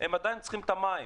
עדיין צריכים את המים.